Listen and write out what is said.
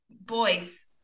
Boys